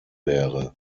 wäre